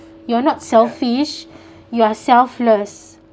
you are not selfish you are selfless